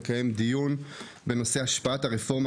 על מנת לקדם דיון בנושא השפעת הרפורמה